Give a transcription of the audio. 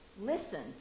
Listen